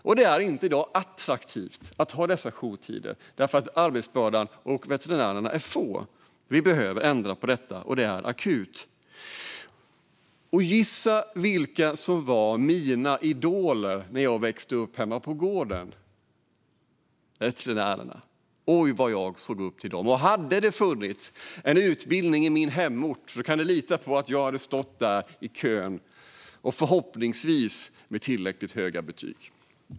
I dag är dessa jourtider inte något attraktivt eftersom arbetsbördan gör att veterinärerna är få. Vi behöver ändra på detta, och det är akut. Gissa vilka som var mina idoler när jag växte upp hemma på gården! Det var veterinärerna. Oj, vad jag såg upp till dem! Om det hade funnits en utbildning på min hemort kan ni lita på att jag hade stått i kön till den, och förhoppningsvis hade jag haft tillräckligt höga betyg.